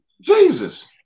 Jesus